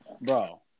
bro